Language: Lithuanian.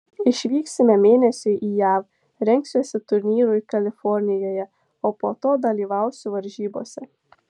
išvyksime mėnesiui į jav rengsiuosi turnyrui kalifornijoje o po to dalyvausiu varžybose